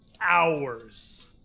hours